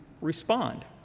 respond